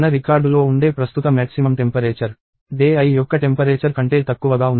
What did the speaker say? మన రికార్డులో ఉండే ప్రస్తుత మ్యాక్సిమమ్ టెంపరేచర్ day i యొక్క టెంపరేచర్ కంటే తక్కువగా ఉంది